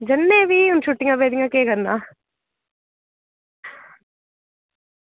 जन्ने आं फ्ही हून छुट्टियां पेदियां केह् करना